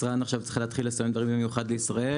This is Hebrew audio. היצרן עכשיו צריך להתחיל לסמן דברים במיוחד לישראל,